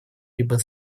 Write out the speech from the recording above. либо